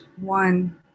one